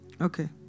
Okay